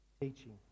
teaching